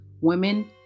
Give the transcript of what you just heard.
women